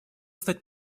стать